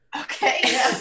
Okay